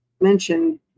mention